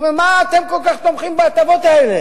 הוא אומר: מה אתם כל כך תומכים בהטבות האלה?